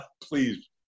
please